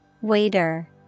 Waiter